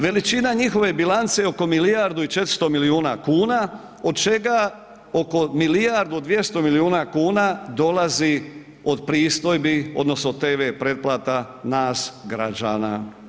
Veličina njihove bilance je oko milijardu i 400 milijuna kuna od čega oko milijardu 200 milijuna kuna dolazi od pristojbi odnosno od TV pretplata nas građana.